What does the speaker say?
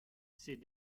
ces